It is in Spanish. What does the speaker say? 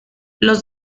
los